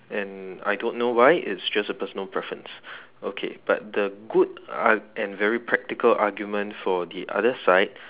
and I don't know why it's just a personal preference okay but the good ar~ and very practical argument for the other side